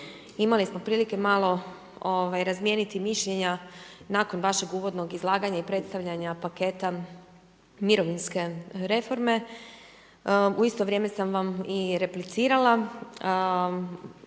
Imali smo prilike malo razmijeniti mišljenja nakon vašeg uvodnog izlaganja i predstavljanja paketa mirovinske reforme. U isto vrijeme sam vam i replicirala,